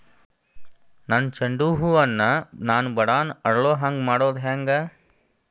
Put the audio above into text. ನನ್ನ ಚಂಡ ಹೂ ಅನ್ನ ನಾನು ಬಡಾನ್ ಅರಳು ಹಾಂಗ ಮಾಡೋದು ಹ್ಯಾಂಗ್?